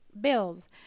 bills